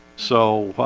so